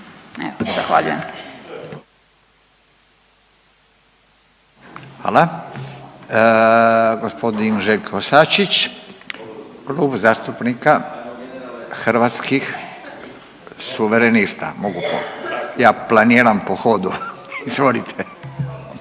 Hvala. G. Željko Sačić, Klub zastupnika Hrvatskih suverenista, ja planiram po hodu. Izvolite.